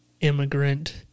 Immigrant